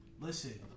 Listen